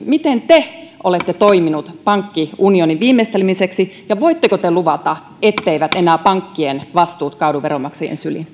miten te olette toiminut pankkiunionin viimeistelemiseksi ja voitteko te luvata etteivät enää pankkien vastuut kaadu veronmaksajien syliin